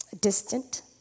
distant